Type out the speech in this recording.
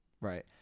Right